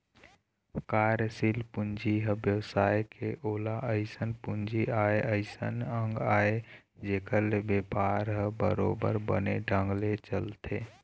कार्यसील पूंजी ह बेवसाय के ओहा अइसन पूंजी आय अइसन अंग आय जेखर ले बेपार ह बरोबर बने ढंग ले चलथे